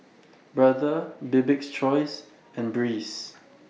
Brother Bibik's Choice and Breeze